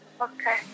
Okay